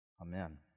Amen